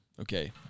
okay